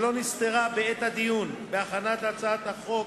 שלא נסתרה בעת הדיון בהכנת הצעת החוק